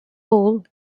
all